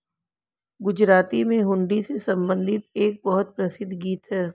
गुजराती में हुंडी से संबंधित एक बहुत प्रसिद्ध गीत हैं